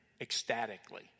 ecstatically